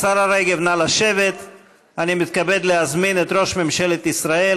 את ראש ממשלת ישראל,